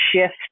shift